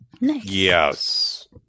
Yes